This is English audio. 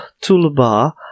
toolbar